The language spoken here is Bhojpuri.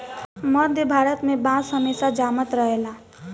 मध्य भारत में बांस हमेशा जामत रहेला